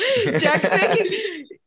Jackson